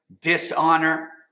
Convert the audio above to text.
dishonor